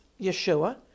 Yeshua